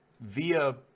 via